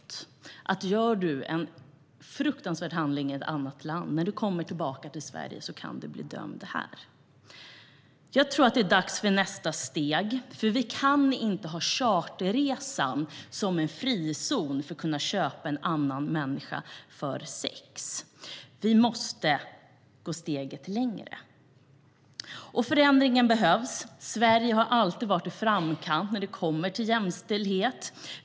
Begår du en fruktansvärd handling i ett annat land kan du bli dömd här när du kommer tillbaka till Sverige. Jag tror att det är dags för nästa steg. Vi kan inte ha charterresan som en frizon för att kunna köpa en annan människa för sex. Vi måste gå ett steg längre. Förändringen behövs. Sverige har alltid varit i framkant när det kommer till jämställdhet.